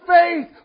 faith